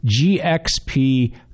GXP